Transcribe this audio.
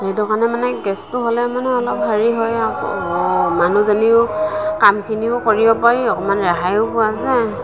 সেইটো কাৰণে মানে গেছটো হ'লে মানে অলপ হেৰি হয় আৰু মানুহজনীও কামখিনিও কৰিব পাৰি অকমান ৰেহাইও পোৱা যায়